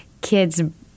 kids